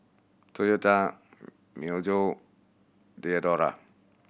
Toyota Myojo Diadora